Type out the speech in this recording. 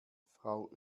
frau